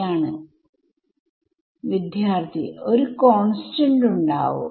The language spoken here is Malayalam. അല്ലെ വലതുവശത്തെ അവസാനത്തെ ടെർമ്